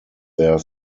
their